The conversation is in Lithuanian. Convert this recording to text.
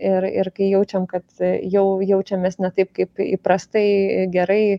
ir ir kai jaučiam kad jau jaučiamės ne taip kaip įprastai gerai